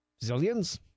zillions